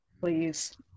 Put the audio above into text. Please